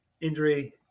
injury